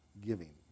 giving